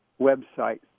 website